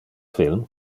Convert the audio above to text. film